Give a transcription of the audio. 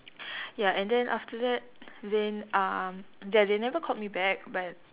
ya and then after that then uh ya they never called me back but